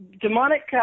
demonic